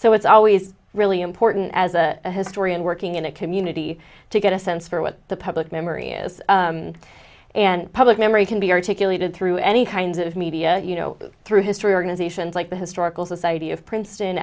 so it's always really important as a historian working in a community to get a sense for what the public memory is and public memory can be articulated through any kinds of media you know through history organizations like the historical society of princeton